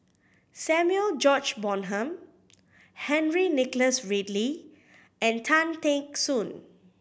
Samuel George Bonham Henry Nicholas Ridley and Tan Teck Soon